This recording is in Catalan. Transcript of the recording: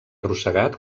arrossegat